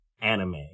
anime